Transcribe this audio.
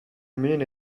mean